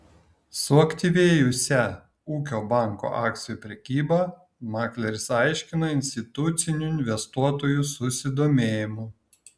suaktyvėjusią ūkio banko akcijų prekybą makleris aiškina institucinių investuotojų susidomėjimu